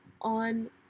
on